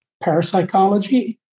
parapsychology